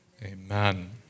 Amen